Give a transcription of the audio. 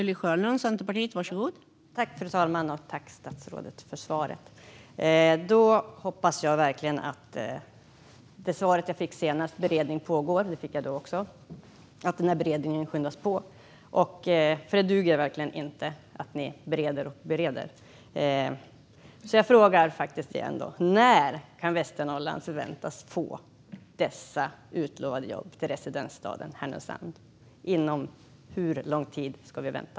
Fru talman! Tack, statsrådet, för svaret! Det var det svar jag fick senast också. Jag hoppas verkligen att beredningen skyndas på, för det duger verkligen inte att ni bereder och bereder. Jag frågar återigen: När kan Västernorrland förvänta sig att få de utlovade jobben till residensstaden Härnösand? Hur lång tid ska vi vänta?